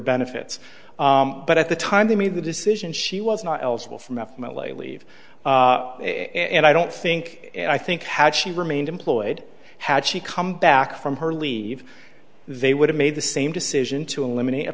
benefits but at the time they made the decision she was not eligible for many leave and i don't think and i think had she remained employed had she come back from her leave they would have made the same decision to eliminate a